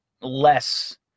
less